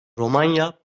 romanya